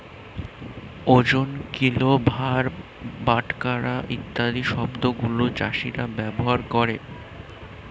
ওজন, কিলো, ভার, বাটখারা ইত্যাদি শব্দ গুলো চাষীরা ব্যবহার করে